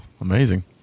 Amazing